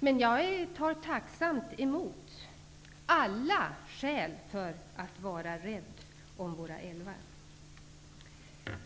Jag tar tacksamt emot alla skäl för att vara rädd om våra älvar. Herr talman!